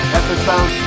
episode